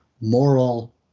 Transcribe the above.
Moral